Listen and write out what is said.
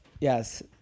Yes